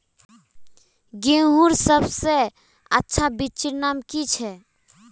गेहूँर सबसे अच्छा बिच्चीर नाम की छे?